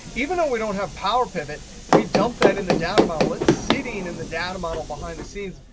even though we don't have powerpivot, we dump that in the data model. it's sitting in the data model behind the scenes.